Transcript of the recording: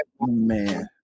Man